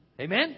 Amen